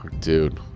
Dude